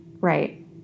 Right